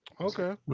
okay